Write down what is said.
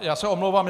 Já se omlouvám.